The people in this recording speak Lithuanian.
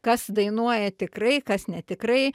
kas dainuoja tikrai kas ne tikrai